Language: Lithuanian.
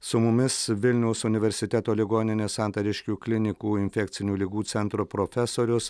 su mumis vilniaus universiteto ligoninės santariškių klinikų infekcinių ligų centro profesorius